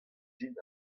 din